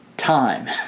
Time